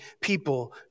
people